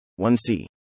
1c